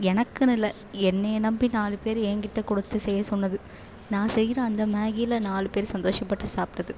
எனக்குன்னு இல்லை என்னை நம்பி நாலு பேர் என்கிட்ட கொடுத்து செய்ய சொன்னது நான் செய்கிற அந்த மேகியில நாலு பேர் சந்தோஷப்பட்டு சாப்பிட்டது